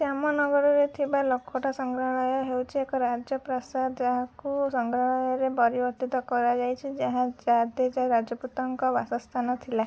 ଜାମନଗରରେ ଥିବା ଲଖୋଟା ସଂଗ୍ରହାଳୟ ହେଉଛି ଏକ ରାଜପ୍ରାସାଦ ଯାହାକୁ ସଂଗ୍ରହାଳୟରେ ପରିବର୍ତ୍ତିତ କରାଯାଇଛି ଯାହା ଜାଡ଼େଜା ରାଜପୁତଙ୍କ ବାସସ୍ଥାନ ଥିଲା